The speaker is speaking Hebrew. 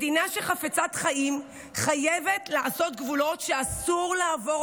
מדינה חפצת חיים חייבת לעשות גבולות שאסור לעבור,